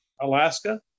Alaska